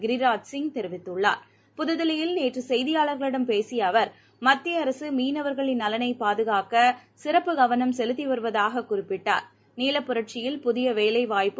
கிரிராஜ் சிங் தெரிவித்துள்ளார் புதுதில்லியில் நேற்று கெய்தியாளர்களிடம் பேசிய அவர் மத்திய அரசு மீனவர்களின் நலனைப் பாதுகாக்க அரசு சிறப்பு கவனம் செலுத்தி வருவதாக குறிப்பிட்டார் நீல புரட்சியில் புதிய வேலைவாய்ப்பு